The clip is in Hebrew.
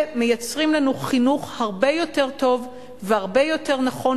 מייצרים לנו חינוך הרבה יותר טוב והרבה יותר נכון,